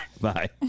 Bye